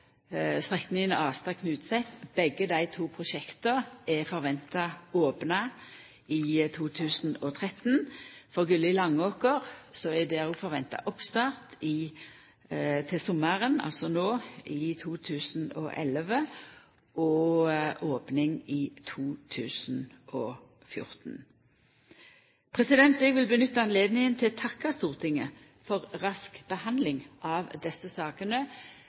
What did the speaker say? strekninga Astad–Knutset. Begge dei to prosjekta er venta opna i 2013. For Gulli–Langåker er det venta oppstart til sommaren, altså no i 2011, og opning i 2014. Eg vil nytta høvet til å takka Stortinget for rask behandling av desse sakene.